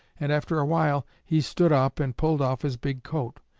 and after a while he stood up and pulled off his big coat.